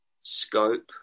scope